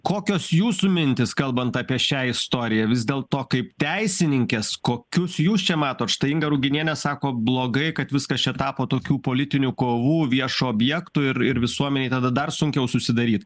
kokios jūsų mintys kalbant apie šią istoriją vis dėlto kaip teisininkės kokius jūs čia matot štai inga ruginienė sako blogai kad viskas čia tapo tokių politinių kovų viešu objektu ir ir visuomenei tada dar sunkiau susidaryt